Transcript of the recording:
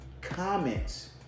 comments